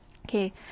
okay